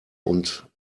und